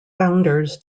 founders